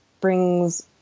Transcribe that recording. brings